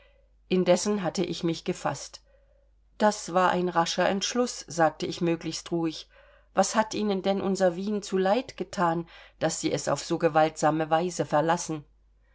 indessen hatte ich mich gefaßt das war ein rascher entschluß sagte ich möglichst ruhig was hat ihnen denn unser wien zu leid gethan daß sie es auf so gewaltsame weise verlassen